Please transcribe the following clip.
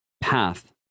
path